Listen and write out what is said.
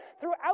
Throughout